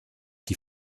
die